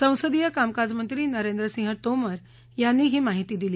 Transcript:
संसदीय कामकाजमंत्री नरेंद्र सिंह तोमर यांनी ही माहिती दिली